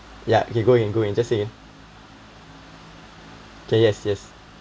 ya you go in go in just in okay yes yes